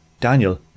Daniel